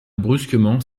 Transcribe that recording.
brusquement